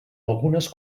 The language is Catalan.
algunes